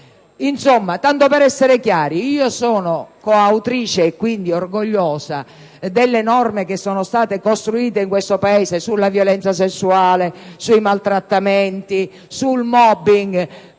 Insomma, tanto per essere chiari, sono coautrice, quindi orgogliosa, delle norme che sono state costruite in questo Paese sulla violenza sessuale, sui maltrattamenti, sul *mobbing*;